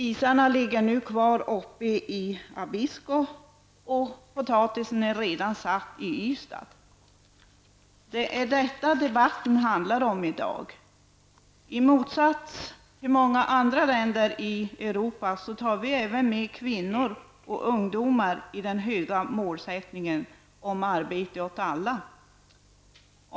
Isarna ligger nu kvar uppe i Abisko, och potatisen är redan satt i Ystad. Detta är vad debatten i dag handlar om. I motsats till många andra länder i Europa låter vi i Sverige även kvinnor och ungdomar omfattas av det högt ställda målet arbete åt alla.